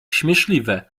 śmieszliwe